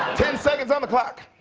ten seconds on the clock.